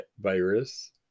virus